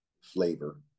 flavor